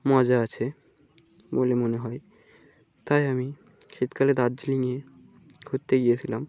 মজা আছে বলে মনে হয় তাই আমি শীতকালে দার্জিলিংয়ে ঘুরতে গিয়েছিলাম